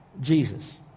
Jesus